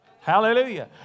Hallelujah